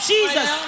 Jesus